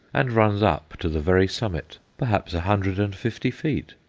and runs up to the very summit, perhaps a hundred and fifty feet.